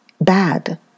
bad